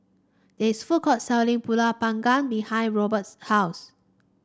there is food court selling pulut panggang behind Robt's house